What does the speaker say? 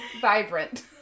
vibrant